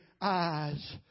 eyes